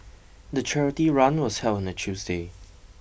the charity run was held on a Tuesday